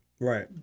Right